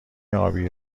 ابی